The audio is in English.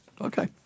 Okay